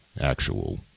actual